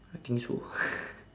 I think so